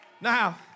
Now